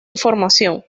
información